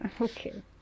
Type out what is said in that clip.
Okay